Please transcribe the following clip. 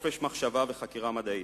חופש מחשבה וחקירה מדעית.